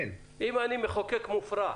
אם אני מחוקק מופרע,